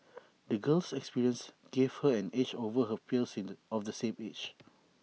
the girl's experiences gave her an edge over her peers in the of the same age